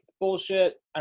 bullshit